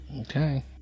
Okay